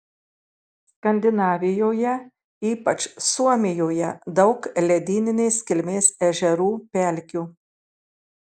skandinavijoje ypač suomijoje daug ledyninės kilmės ežerų pelkių